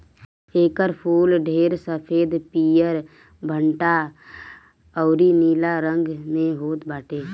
एकर फूल ढेर सफ़ेद, पियर, भंटा अउरी नीला रंग में होत बाटे